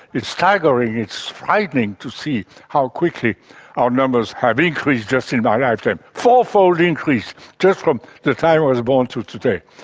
it's staggering, it's frightening to see how quickly our numbers have increased just in my lifetime four-fold increase just from the time i was born till today.